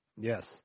Yes